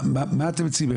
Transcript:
מה אתם מציעים?